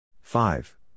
Five